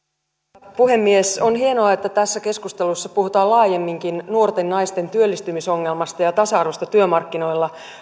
arvoisa puhemies on hienoa että tässä keskustelussa puhutaan laajemminkin nuorten naisten työllistymisongelmasta ja ja tasa arvosta työmarkkinoilla